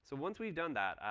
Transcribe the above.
so once we have done that,